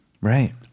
Right